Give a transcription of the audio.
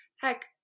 heck